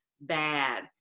bad